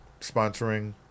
sponsoring